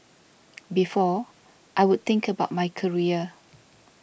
before I would think about my career